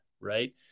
right